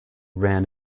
ran